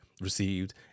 received